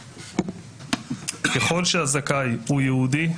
ככל שהזכאי הוא יהודי,